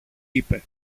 είπε